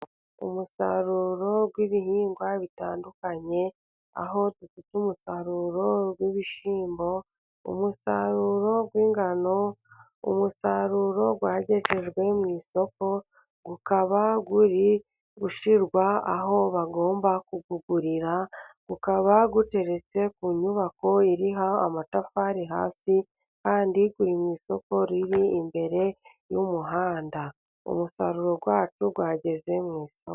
Umusaruro w'ibihingwa bitandukanye aho dufite umusaruro w'ibishyimbo, umusaruro w'ingano, umusaruro wagejejwe mu isoko ukaba uri gushyirwa aho bagomba kuwugurira, ukaba uteretse ku nyubako iriho amatafari hasi kandi uri mu isoko riri imbere y'umuhanda, umusaruro wacu wageze mu isoko.